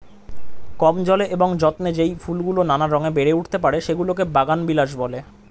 কম জলে এবং যত্নে যেই ফুলগুলো নানা রঙে বেড়ে উঠতে পারে, সেগুলোকে বাগানবিলাস বলে